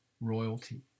royalty